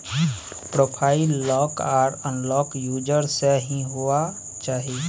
profile lock आर unlock user से ही हुआ चाहिए